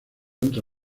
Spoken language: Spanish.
entre